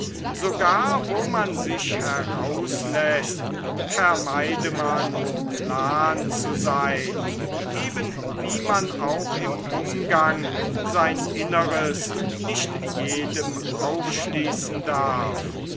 sogar wo man sich herausläßt vermeide man plan zu sein eben wie man auch im umgang sein inneres nicht jedem aufschließen darf